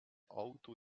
auto